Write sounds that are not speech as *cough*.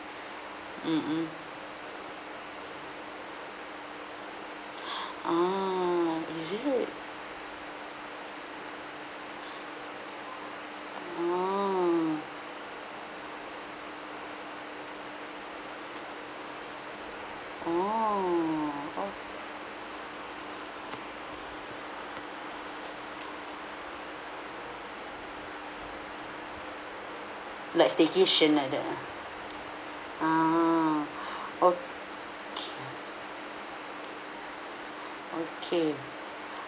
*breath* mmhmm *breath* ah is it ah ah o~ like staycation like that uh ah *breath* okay okay *breath*